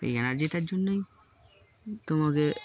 এই এনার্জিটার জন্যই তোমাকে